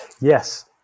Yes